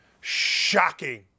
Shocking